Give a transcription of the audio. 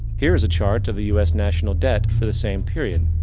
here is a chart to the us national debt for the same period.